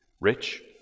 rich